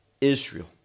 Israel